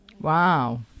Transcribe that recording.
Wow